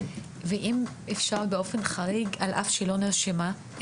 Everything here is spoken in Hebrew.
ואם אפשר באופן חריג על-אף שלא נרשמה,